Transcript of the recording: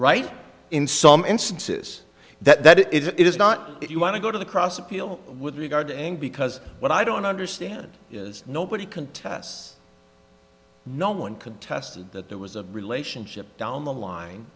right in some instances that it is not if you want to go to the cross appeal with regard and because what i don't understand is nobody contests no one contested that there was a relationship down the line